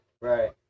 Right